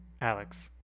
Alex